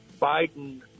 Biden